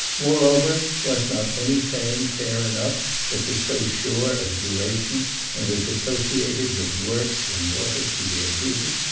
moreover was not any fame fair enough that was so sure of duration and was associated with works immortal through their beauty?